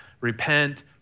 Repent